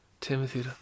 Timothy